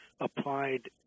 applied